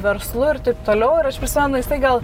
verslu ir taip toliau ir aš prisimenu jisai gal